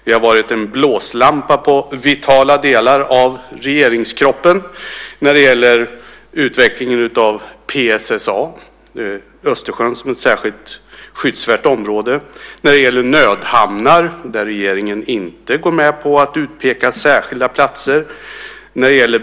Vi har varit en blåslampa på vitala delar av regeringskroppen när det gäller utvecklingen av PSSA, Östersjön som ett särskilt skyddsvärt område, och när det gäller nödhamnar, där regeringen inte går med på att utpeka särskilda platser.